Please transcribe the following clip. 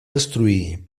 destruir